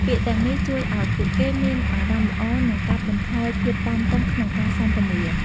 ពាក្យទាំងនេះជួយឱ្យពួកគេមានអារម្មណ៍ល្អនឺងកាត់បន្ថយភាពតានតឹងក្នុងការសន្ទនា។